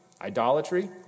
idolatry